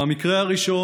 במקרה הראשון,